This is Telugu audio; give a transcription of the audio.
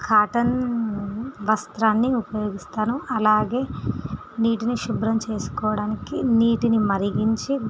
కాటన్ వస్త్రాన్ని ఉపయోగిస్తాను అలాగే నీటిని శుభ్రం చేసుకోవడానికి నీటిని మరిగించి